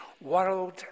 world